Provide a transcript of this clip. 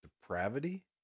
depravity